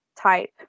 type